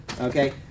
okay